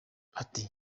ati